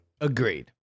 Agreed